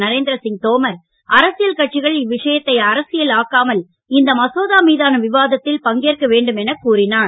நரேந்திர சிங் தோமர் அரசியல் கட்சிகள் இவ்விஷயத்தை அரசியல் ஆக்காமல் இந்த மசோதா மீதான விவாதத்தில் பங்கேற்க வேண்டும் என கூறினார்